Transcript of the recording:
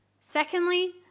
Secondly